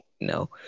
no